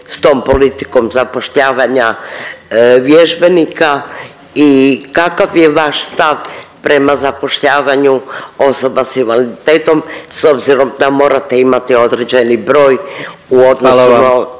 s tom politikom zapošljavanja vježbenika i kakav je vaš stav prema zapošljavanju osoba s invaliditetom s obzirom da morate imati određeni broj u …/Upadica